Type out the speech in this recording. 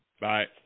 Bye